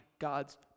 God's